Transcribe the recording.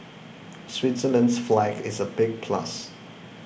Switzerland's flag is a big plus